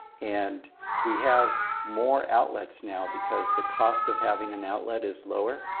and we have more outlets now because the cost of having an outlet is lower.